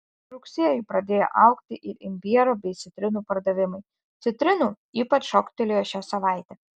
rugsėjį pradėjo augti ir imbiero bei citrinų pardavimai citrinų ypač šoktelėjo šią savaitę